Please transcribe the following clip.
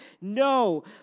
No